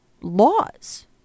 Laws